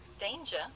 Danger